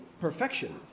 perfection